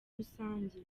rusange